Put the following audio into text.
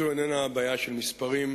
זו איננה בעיה של מספרים,